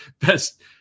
best